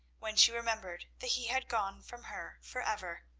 when she remembered that he had gone from her for ever.